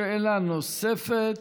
שאלה נוספת.